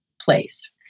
place